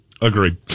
Agreed